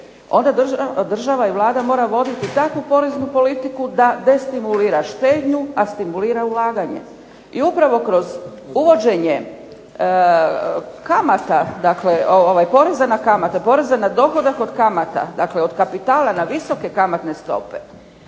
onda država i Vlada mora voditi takvu poreznu politiku da destimulira štednju, a stimulira ulaganje. I upravo kroz uvođenje poreza na kamate, poreza na dohodak od kamata, dakle od kapitala na visoke kamatne stope,